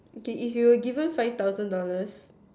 okay if you were given five thousand dollars